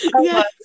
yes